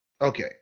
okay